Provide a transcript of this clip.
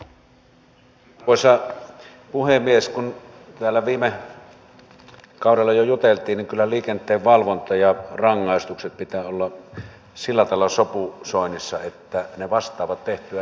kuten täällä viime kaudella jo juteltiin kyllä liikenteenvalvonnan ja rangaistusten pitää olla sillä tavalla sopusoinnussa että ne vastaavat tehtyä rikkomusta